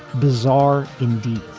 bizarre indeed